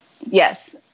Yes